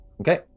Okay